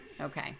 Okay